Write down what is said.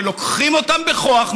שלוקחים אותם בכוח,